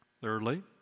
Thirdly